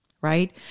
Right